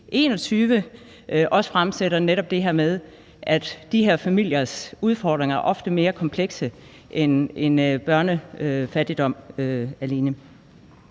L 21, siger, altså netop det her med, at de her familiers udfordringer ofte er mere komplekse end alene at handle